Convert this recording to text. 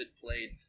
played